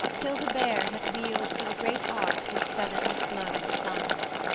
till the bear had wheeled through a great arc his seven slow suns.